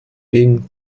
wegen